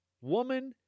woman